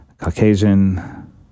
Caucasian